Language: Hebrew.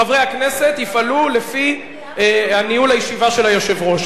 "חברי הכנסת יפעלו לפי ניהול הישיבה של היושב-ראש".